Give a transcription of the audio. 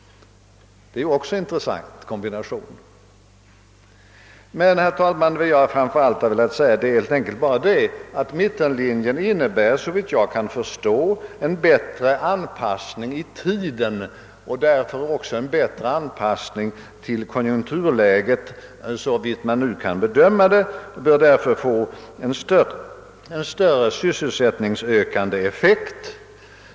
Det är också en intressant kombination. Vad jag framför allt har velat säga är emellertid, herr talman, framför allt att mittenpartiernas linje innebär en bättre anpassning i tiden och därför också en bättre anpassning till konjunkturläget, såvitt man nu kan bedöma det. Förslaget bör därför få en större sysselsättningsökande effekt.